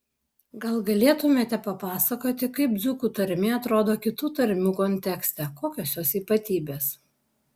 gal galėtumėte papasakoti kaip dzūkų tarmė atrodo kitų tarmių kontekste kokios jos ypatybės